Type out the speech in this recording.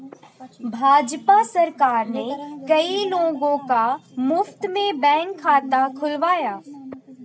भाजपा सरकार ने कई लोगों का मुफ्त में बैंक खाता खुलवाया